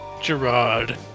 Gerard